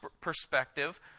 perspective